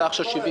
בסך של 70,399